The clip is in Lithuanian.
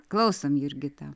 klausom jurgita